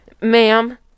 Ma'am